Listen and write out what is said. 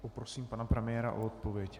Poprosím pana premiéra o odpověď.